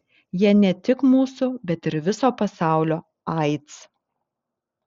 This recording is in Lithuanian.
jie ne tik mūsų bet ir viso pasaulio aids